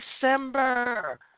December